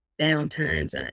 downtimes